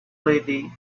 lady